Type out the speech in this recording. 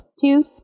two